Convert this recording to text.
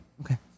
Okay